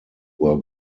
were